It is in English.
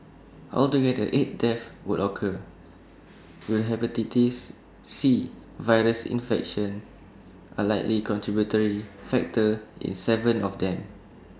altogether eight deaths would occur with the Hepatitis C virus infection A likely contributory factor in Seven of them